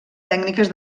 tècniques